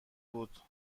بود